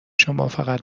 شمافقط